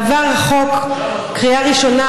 עבר חוק בקריאה ראשונה,